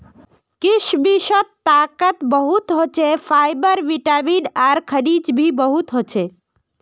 किशमिशत ताकत बहुत ह छे, फाइबर, विटामिन आर खनिज भी बहुत ह छे